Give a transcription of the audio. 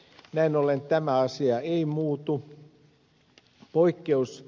näin ollen tämä asia ei muutu